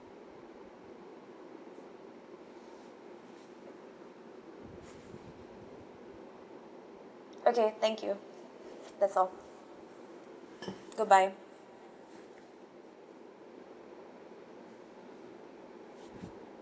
okay thank you that's all goodbye